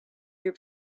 your